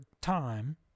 time